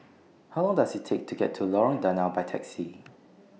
How Long Does IT Take to get to Lorong Danau By Taxi